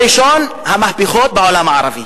הראשון, המהפכות בעולם הערבי.